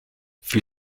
für